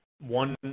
One